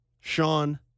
Sean